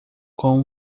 com